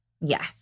Yes